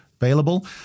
Available